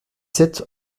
sept